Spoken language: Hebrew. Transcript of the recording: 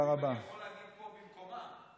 אם אני יכול להגיד "פה" במקומה.